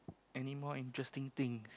anymore interesting thing